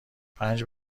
پنج